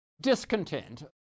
discontent